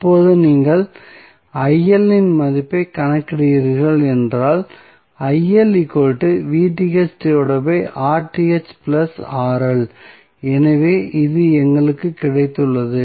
இப்போது நீங்கள் இன் மதிப்பைக் கணக்கிடுகிறீர்கள் என்றால் எனவே இது எங்களுக்கு கிடைத்துள்ளது